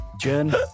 Jen